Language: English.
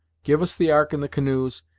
give us the ark and the canoes,